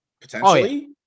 potentially